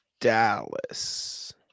Dallas